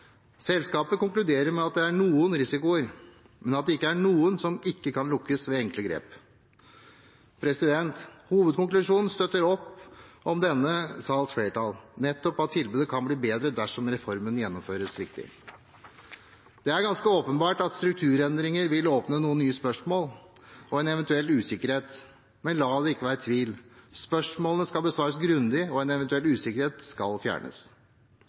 Selskapet konkluderer med at det er noen risikoer, men ingen som ikke kan lukes vekk ved enkle grep. Hovedkonklusjonen støtter opp om denne sals flertall, nettopp at tilbudet kan bli bedre dersom reformen gjennomføres riktig. Det er ganske åpenbart at strukturendringer vil åpne for noen nye spørsmål og en eventuell usikkerhet, men la det ikke være tvil: Spørsmålene skal besvares grundig, og en eventuell usikkerhet skal fjernes.